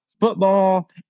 football